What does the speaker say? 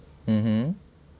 mmhmm